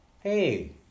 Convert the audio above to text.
hey